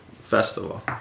festival